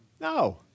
No